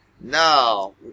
No